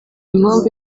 impamvu